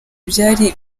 byari